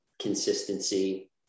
consistency